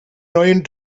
neuen